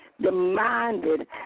Demanded